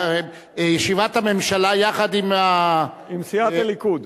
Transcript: ישיבת הממשלה יחד עם, עם סיעת הליכוד.